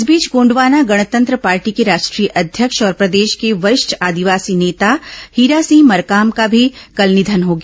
इस बीच गोंडवाना गणतंत्र पार्टी के राष्ट्रीय अध्यक्ष और प्रदेश के वरिष्ठ आदिवासी नेता हीरा सिंह मरकाम का भी कल निधन हो गया